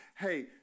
Hey